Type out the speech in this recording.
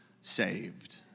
saved